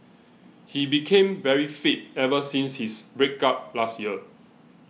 he became very fit ever since his break up last year